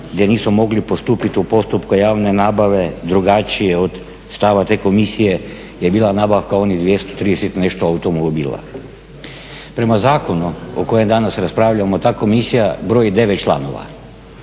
gdje nisu mogli postupiti u postupku javne nabave drugačije od stava te komisije je bila nabavka onih 230 i nešto automobila. Prema zakonu o kojem danas raspravljamo ta komisija broji 9 članova,